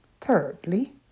Thirdly